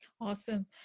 Awesome